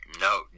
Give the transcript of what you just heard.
No